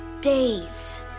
days